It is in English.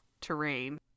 terrain